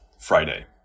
Friday